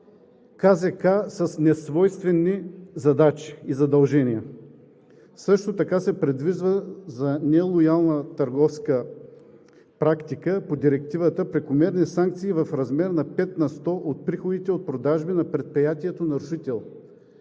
КЗК с несвойствени задачи и задължения? Също така по Директивата за нелоялна търговска практика се предвиждат прекомерни санкции в размер на пет на сто от приходите от продажби на предприятието нарушител.